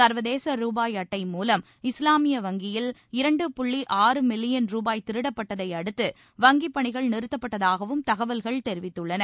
ச்வதேச ருபாய் அட்டை மூவம் இஸ்லாமி வங்கியில் இரண்டு புள்ளி ஆறு மில்லியன் ருபாய் திருடப்பட்டதை அடுத்து வங்கி பணிகள் நிறுத்தப்பட்டுள்ளதாகவும் தகவல்கள் தெரிவித்துள்ளன